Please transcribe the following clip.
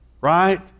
right